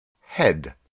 head